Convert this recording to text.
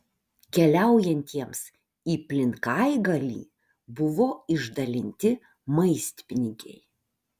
keliaujantiems į plinkaigalį buvo išdalinti maistpinigiai